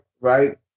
right